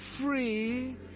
free